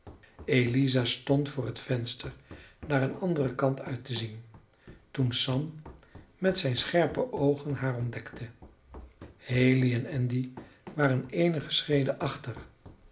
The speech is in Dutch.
eliza stond voor het venster naar een andere kant uit te zien toen sam met zijn scherpe oogen haar ontdekte haley en andy waren eenige schreden achter